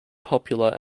popular